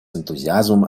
энтузиазмом